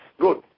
Good